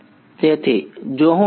તેથી જો હું લખું